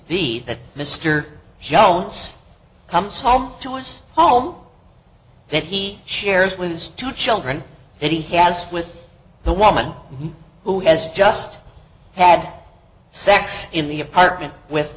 be that mr jones comes home to us home that he shares with his two children that he has with the woman who has just had sex in the apartment with